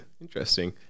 interesting